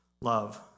Love